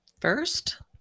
first